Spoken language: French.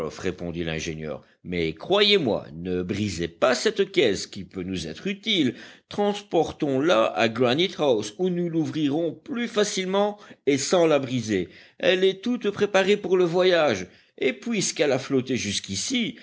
répondit l'ingénieur mais croyezmoi ne brisez pas cette caisse qui peut nous être utile transportons la à granite house où nous l'ouvrirons plus facilement et sans la briser elle est toute préparée pour le voyage et puisqu'elle a flotté jusqu'ici